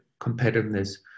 competitiveness